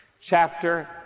chapter